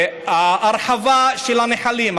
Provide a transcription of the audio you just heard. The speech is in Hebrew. ההרחבה של הנחלים,